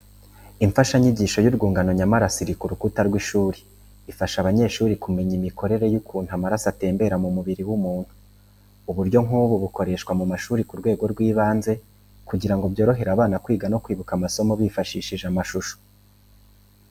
Imfashanyigisho y'urwungano nyamaraso iri ku rukuta rw’ishuri. Ifasha abanyeshuri kumenya imikorere y'ukuntu amaraso atembera mu mubiri w'umuntu. Uburyo nk’ubu bukoreshwa mu mashuri yo ku rwego rw’ibanze kugira ngo byorohere abana kwiga no kwibuka amasomo bifashishije amashusho.